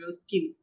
skills